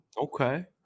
Okay